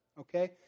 okay